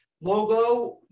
logo